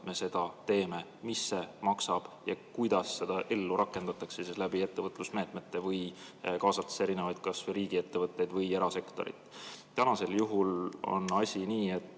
me seda teeme, mis see maksab ja kuidas seda ellu rakendatakse ettevõtlusmeetmetega või kaasates kas või riigiettevõtteid või erasektorit. Täna on asi nii, et